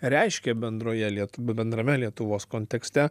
reiškė bendroje lietuvių bendrame lietuvos kontekste